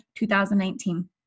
2019